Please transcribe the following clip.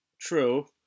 True